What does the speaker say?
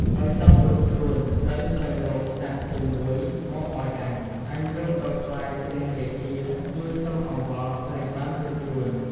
បើចង់រួចខ្លួនត្រូវស្វែងរកសត្វជើងមួយមកឲ្យអញ អញយកទៅថ្វាយព្រះរាជាជួយសុំអង្វរក្រែងបានរួចខ្លួន"។